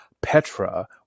Petra